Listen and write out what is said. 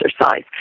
exercise